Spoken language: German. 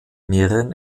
mehreren